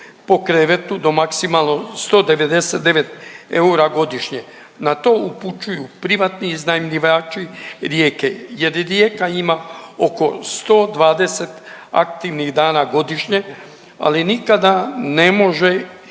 po krevetu do maksimalno 199 eura godišnje, na to upućuju privatni iznajmljivači Rijeke, jer Rijeka ima oko 120 aktivnih dana godišnje, ali nikada ne može i ne